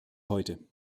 heute